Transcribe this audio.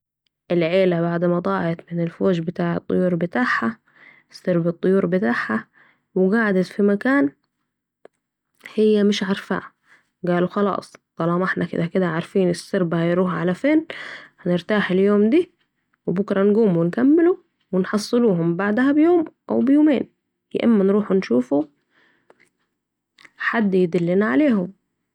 العيله بعد مضاعت من الفوج بتاع الطيور بتاعها ، سرب الطيور بتاعها، و قعدت في مكان في مكان هي مش عرفاه، قالوا خلاص طالما إحنا كده كده عارفين السرب هروح فين هنرتاح اليوم ده و بكره نقوم نكمل و نحصلهم بعدها بيوم أو بيومين يا أيما نروح نشوف حد يدلني عليهم